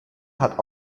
hat